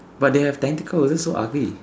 but they have tentacles that's so ugly